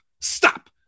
stop